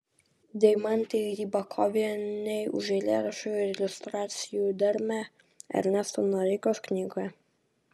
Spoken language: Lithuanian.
deimantei rybakovienei už eilėraščių ir iliustracijų dermę ernesto noreikos knygoje